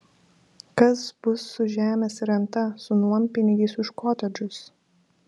kas bus su žemės renta su nuompinigiais už kotedžus